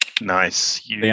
nice